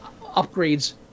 upgrades